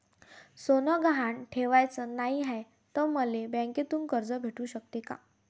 सोनं गहान ठेवाच नाही हाय, त मले बँकेतून कर्ज भेटू शकते का?